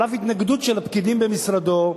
על אף התנגדות של הפקידים במשרדו,